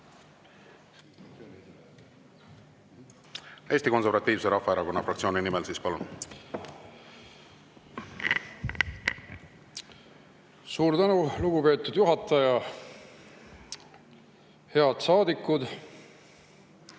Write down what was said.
Eesti Konservatiivse Rahvaerakonna fraktsiooni nimel, palun! Suur tänu, lugupeetud juhataja! Head saadikud,